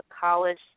college